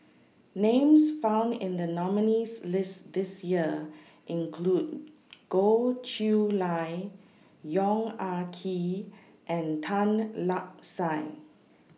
Names found in The nominees' list This Year include Goh Chiew Lye Yong Ah Kee and Tan Lark Sye